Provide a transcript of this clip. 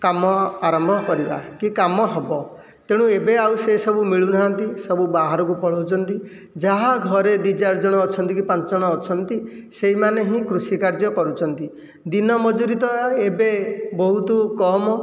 କାମ ଆରମ୍ଭ କରିବା କି କାମ ହେବ ତେଣୁ ଏବେ ଆଉ ସେ ସବୁ ମିଳୁ ନାହାନ୍ତି ସବୁ ବାହାରକୁ ପଳାଉଛନ୍ତି ଯାହା ଘରେ ଦୁଇଚାରି ଜଣ ଅଛନ୍ତି କି ପାଞ୍ଚ ଜଣ ଅଛନ୍ତି ସେଇମାନେ ହିଁ କୃଷି କାର୍ଯ୍ୟ କରୁଛନ୍ତି ଦିନ ମଜୁରି ତ ଏବେ ବହୁତ କମ୍